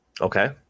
Okay